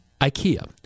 IKEA